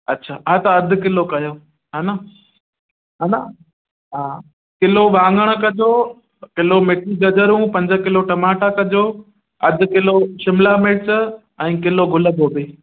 अच्छा हा त अघु किलो कयो हा न हा न हा किलो वाङण कजो किलो मिठी गजरूं पंज किलो टमाटा कजो अधु किलो शिमला मिर्च ऐं किलो गुल गोभी